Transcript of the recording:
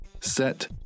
set